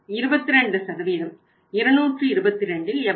22 222ல் எவ்வளவு